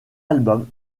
album